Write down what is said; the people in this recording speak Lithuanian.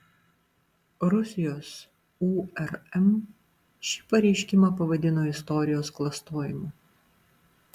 rusijos urm šį pareiškimą pavadino istorijos klastojimu